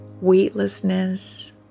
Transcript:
Weightlessness